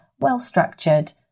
well-structured